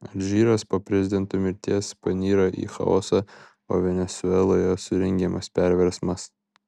alžyras po prezidento mirties panyra į chaosą o venesueloje surengiamas perversmas